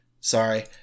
Sorry